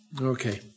Okay